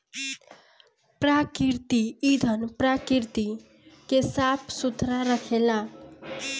प्राकृतिक ईंधन प्रकृति के साफ सुथरा रखेला